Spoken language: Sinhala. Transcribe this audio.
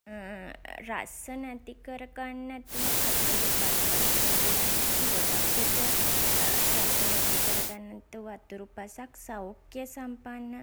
රස නැති කරගන් නැතුව අතුරුපසක් කියන්නේ ගොඩක්විට රස නැති කරගන් නැතුව අතුරුපසක් සෞඛ්‍ය සම්පන්න